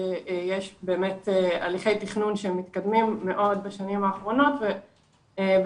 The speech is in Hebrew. שיש באמת הליכי תכנון שהם מתקדמים מאוד בשנים האחרונות ובעצם